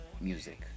music